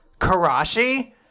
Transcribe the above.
Karashi